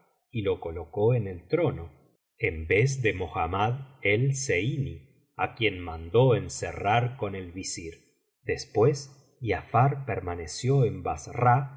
y lo colocó en el trono en vez de mohamraad el zeini á quien mandó encerrar con el visir después giafar permaneció en bassra